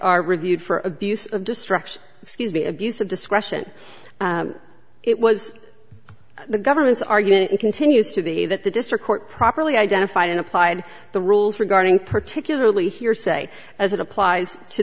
are reviewed for abuse of destruction excuse me abuse of discretion it was the government's argument continues to be that the district court properly identified and applied the rules regarding particularly hearsay as it applies to